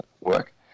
work